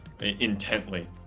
intently